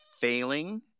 failing